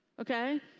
Okay